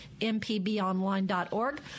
mpbonline.org